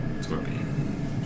scorpion